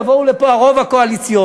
יבואו לפה הרוב הקואליציוני,